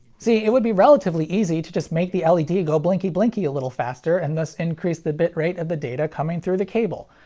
see, it would be relatively easy to just make the like led go blinky blinky a little faster and thus increase the bitrate of the data coming through the cable.